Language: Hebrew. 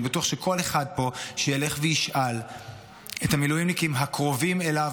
אני בטוח שכל אחד פה שילך וישאל את המילואימניקים הקרובים אליו,